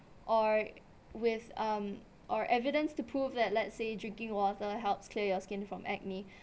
or with um or evidence to prove that let's say drinking water helps clear your skin from acne